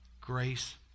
grace